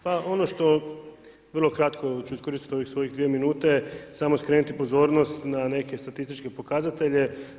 Pa ono što vrlo kratko ću iskoristiti svoje dvije minute, samo skrenuti pozornost na neke statističke pokazatelje.